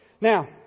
Now